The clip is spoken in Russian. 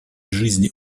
жизни